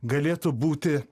galėtų būti